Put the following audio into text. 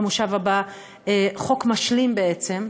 במושב הבא חוק משלים, בעצם,